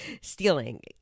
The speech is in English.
stealing